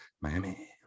miami